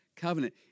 covenant